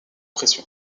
pression